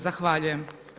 Zahvaljujem.